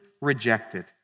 rejected